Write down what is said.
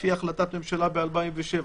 לפי החלטת ממשלה ב-2007,